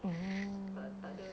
mm